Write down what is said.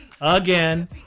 again